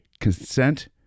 consent